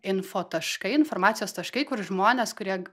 info taškai informacijos taškai kur žmonės kurie